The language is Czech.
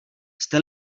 jste